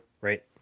right